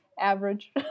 average